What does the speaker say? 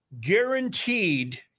guaranteed